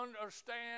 understand